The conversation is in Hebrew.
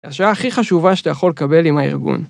‫השאלה הכי חשובה ‫שאתה יכול לקבל עם הארגון.